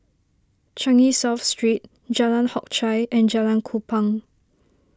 Changi South Street Jalan Hock Chye and Jalan Kupang